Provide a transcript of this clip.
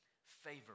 favor